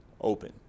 open